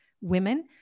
women